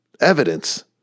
evidence